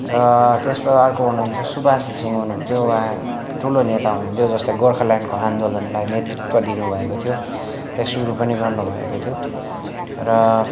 र त्यस्तो अर्को हुनुहुन्थ्यो सुबास घिसिङ हुनुहुन्थ्यो उहाँ ठुलो नेता हुनुहुन्थ्यो जसले गोर्खाल्यान्डको आन्दोलनलाई नेतृत्व दिनुभएको थियो त्यो सुरु पनि गर्नुभएको थियो र